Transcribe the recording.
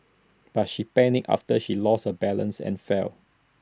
but she panicked after she lost her balance and fell